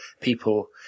people